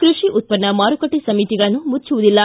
ಕೃಷಿ ಉತ್ಪನ್ನ ಮಾರುಕಟ್ಟೆ ಸಮಿತಿಗಳನ್ನು ಮುಚ್ಚುವುದಿಲ್ಲ